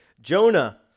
Jonah